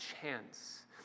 chance